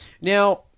Now